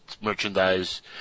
merchandise